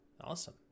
Awesome